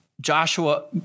Joshua